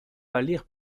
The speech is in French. pâlir